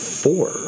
four